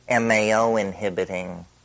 MAO-inhibiting